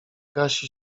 gasi